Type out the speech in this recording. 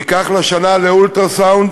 ייקח לה שנה להגיע לאולטרה-סאונד